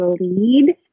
lead